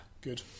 Good